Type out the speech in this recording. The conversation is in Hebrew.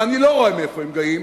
ואני לא רואה מאיפה הם באים,